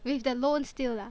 with the loans still ah